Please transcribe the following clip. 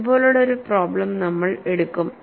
ഇതുപോലുള്ള ഒരു പ്രോബ്ലെംംനമ്മൾ എടുക്കും